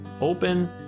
open